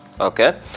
Okay